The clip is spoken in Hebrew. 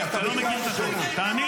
אני אומר את זה במלוא הרצינות --- מה